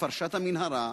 בפרשת המנהרה,